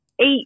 eight